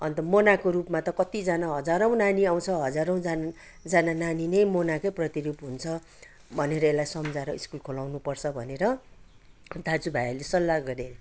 अन्त मोनाको रूपमा त कति जना हजारौँ नानी आउँछ हजारौँजना नानी नै मोनाकै प्रतिरूप हुन्छ भनेर यसलाई सम्झाएर स्कुल खोलाउनु पर्छ भनेर दाजु भाइहरूले सल्लाह गरे